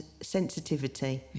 sensitivity